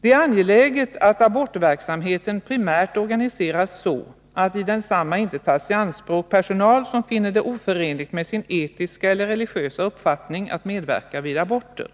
”Det är angeläget att abortverksamheten primärt organiseras så att i densamma inte tas i anspråk personal, som finner det oförenligt med sin etiska eller religiösa uppfattning att medverka vid aborter.